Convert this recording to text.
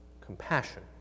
compassion